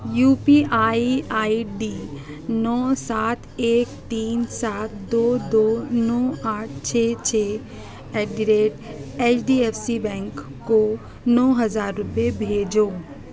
you P I I D نو سات ایک تین سات دو دو نو آٹھ چھ چھ at the rate H D F C bank کو نو ہزار روپئے بھیجو